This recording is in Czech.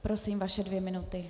Prosím, vaše dvě minuty.